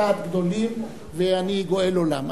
אני לא רוצה לומר לך שכיוונתי לדעת גדולים ואני גואל עולם.